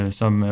som